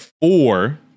four